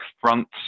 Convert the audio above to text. Front